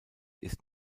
ist